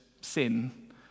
sin